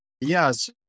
Yes